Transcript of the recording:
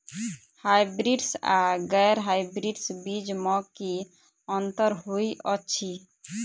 Hybrids आ गैर hybrids बीज म की अंतर होइ अछि?